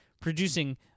producing